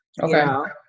okay